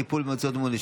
טיפול באמצעות אומנויות),